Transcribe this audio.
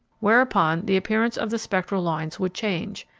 whereupon the appearance of the spectral lines would change,